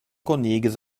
konigis